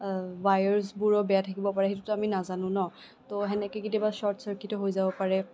ৱায়াৰচবোৰো বেয়া থাকিব পাৰে সেইটো আমি নাজানো ন ত' সেনেকে কেতিয়াবা চৰ্ট চাৰ্কিটো হৈ যাব পাৰে